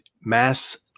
Mass